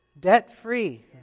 Debt-free